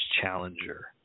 challenger